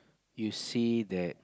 you see that